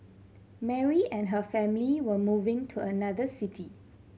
Mary and her family were moving to another city